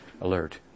alert